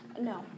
No